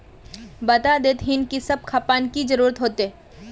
बता देतहिन की सब खापान की जरूरत होते?